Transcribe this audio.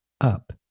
up